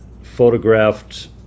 photographed